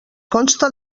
consta